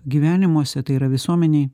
gyvenimuose tai yra visuomenei